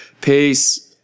Peace